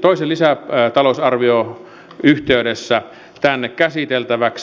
toisen lisätalousarvion yhteydessä tänne käsiteltäväksi